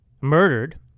murdered